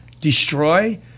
destroy